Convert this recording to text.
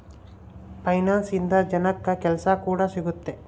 finance ಇಂದ ಜನಕ್ಕಾ ಕೆಲ್ಸ ಕೂಡ ಸಿಗುತ್ತೆ